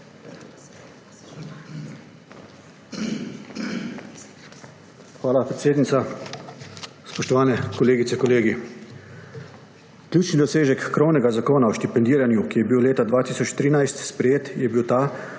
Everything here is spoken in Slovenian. Hvala, predsednica. Spoštovane kolegice, kolegi! Ključni dosežek krovnega Zakona o štipendiranju, ki je bil leta 2013 sprejet, je bil ta,